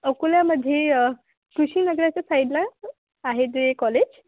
अकोल्यामध्ये कृषी नगराच्या साईडला आहे ते कॉलेज